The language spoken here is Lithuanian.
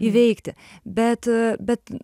įveikti bet bet